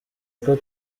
kuko